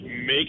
Make